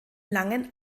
langen